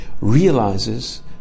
realizes